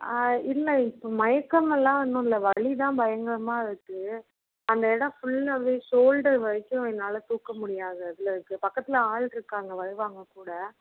ஆ இல்லை இப்போ மயக்கமெல்லாம் ஒன்றும் இல்லை வலிதான் பயங்கரமாக இருக்குது அந்த இடம் ஃபுல்லா ஷோல்டர் வரைக்கும் என்னால் தூக்கமுடியாம இதில் இருக்குது பக்கத்தில் ஆள் இருக்காங்க வருவாங்கக் கூட